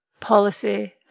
policy